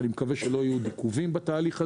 אני מקווה שלא יהיו עוד עיכובים בתהליך הזה,